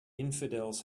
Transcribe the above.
infidels